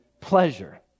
pleasure